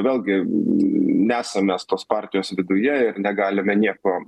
vėlgi nesam mes tos partijos viduje ir negalime nieko